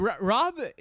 Rob